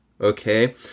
okay